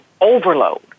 overload